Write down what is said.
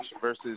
Versus